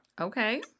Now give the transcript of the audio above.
Okay